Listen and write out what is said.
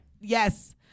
yes